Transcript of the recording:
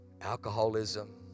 alcoholism